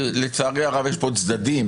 לצערי הרב יש פה צדדים,